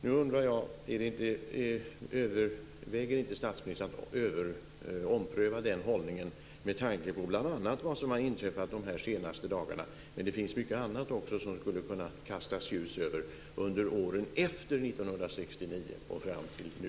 Nu undrar jag: Överväger inte statsministern att ompröva den hållningen, bl.a. med tanke på vad som har inträffat de senaste dagarna? Det finns också mycket annat som det skulle kunna kastas ljus över i perioden efter 1969 och fram till nu.